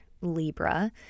Libra